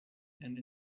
and